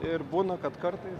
ir būna kad kartais